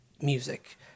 music